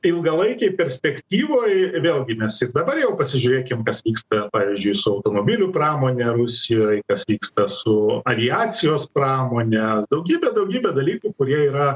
ilgalaikėj perspektyvoj vėlgi mes ir dabar jau pasižiūrėkim kas vyksta pavyzdžiui su automobilių pramone rusijoj kas vyksta su aviacijos pramone daugybė daugybė dalykų kurie yra